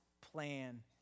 plan